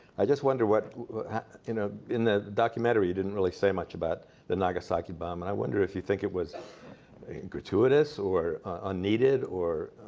i just wonder in ah in the documentary, you didn't really say much about the nagasaki bomb. i wonder if you think it was gratuitous or unneeded or